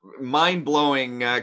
mind-blowing